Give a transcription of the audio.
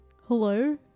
hello